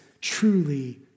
truly